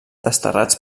desterrats